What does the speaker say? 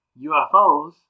UFOs